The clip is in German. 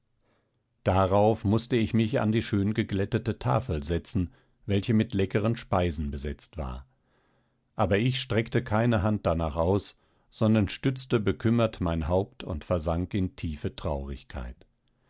darauf mußte ich mich an die schöngeglättete tafel setzen welche mit leckeren speisen besetzt war aber ich streckte keine hand danach aus sondern stützte bekümmert mein haupt und versank in tiefe traurigkeit